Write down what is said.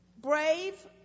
brave